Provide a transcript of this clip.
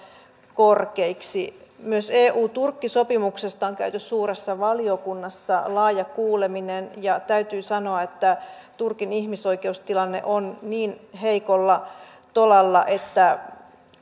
korkeiksi myös eu turkki sopimuksesta on käyty suuressa valiokunnassa laaja kuuleminen ja täytyy sanoa että turkin ihmisoikeustilanne on niin heikolla tolalla että